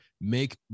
Make